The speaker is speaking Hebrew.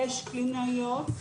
יש קלינאיות,